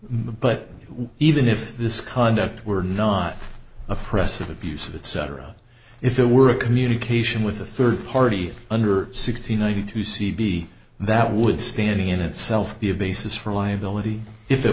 but even if this conduct were not oppressive abusive it cetera if there were a communication with a third party under sixty ninety two c b that would standing in itself be a basis for liability if it